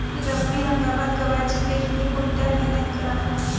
रब्बी हंगामात गव्हाची पेरनी कोनत्या मईन्यात कराव?